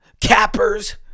cappers